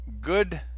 good